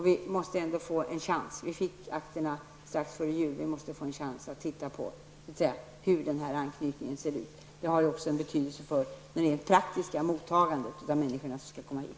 Vi fick akterna strax före jul, och vi måste få en chans att titta på hur anknytningen ser ut. Det har också betydelse för det rent praktiska mottagandet av de människor som skall komma hit.